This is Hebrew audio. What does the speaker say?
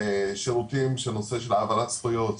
שירותים של נושא של העברת זכויות,